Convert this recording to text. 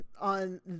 on